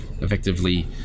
effectively